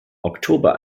oktober